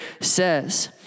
says